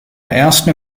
ersten